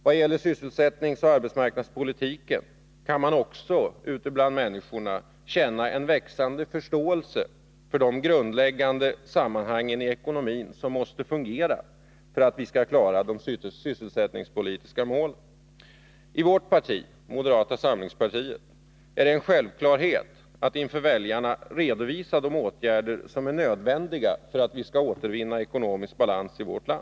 Vad gäller sysselsättningsoch arbetsmarknadspolitiken kan man också ute bland människorna finna en växande förståelse för de grundläggande sammanhangen i ekonomin som måste fungera för att vi skall klara de sysselsättningspolitiska målen. I moderata samlingspartiet är det en självklarhet att inför väljarna redovisa de åtgärder som är nödvändiga för att vi skall återvinna ekonomisk balans.